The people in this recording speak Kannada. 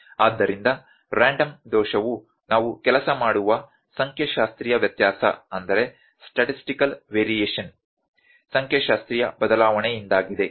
ಆದ್ದರಿಂದ ರ್ಯಾಂಡಮ್ ದೋಷವು ನಾವು ಕೆಲಸ ಮಾಡುವ ಸಂಖ್ಯಾಶಾಸ್ತ್ರೀಯ ವ್ಯತ್ಯಾಸ ಸಂಖ್ಯಾಶಾಸ್ತ್ರೀಯ ಬದಲಾವಣೆಯಿಂದಾಗಿದೆ